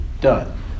Done